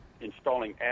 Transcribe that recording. installing